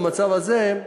במצב הזה,